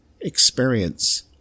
experience